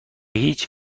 هیچ